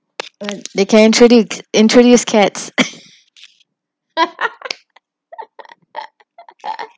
they can introduce introduce cats